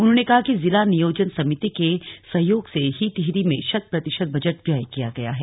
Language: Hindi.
उन्होंने कहा कि जिला नियोजन समिति के सहयोग से ही टिहरी में शत प्रतिशत बजट व्यय किया गया है